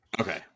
Okay